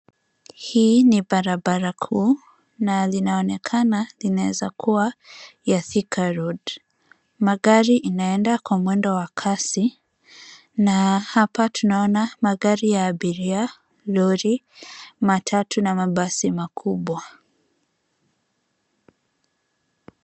Hii ni barabara kuu na linaonekana inaweza kuwa ya, thika road. Magari inaenda kwa mwendo wa kasi na hapa tunaona magari ya abiria, lori, matatu na mabasi makubwa.